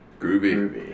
Groovy